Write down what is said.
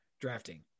Drafting